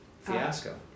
fiasco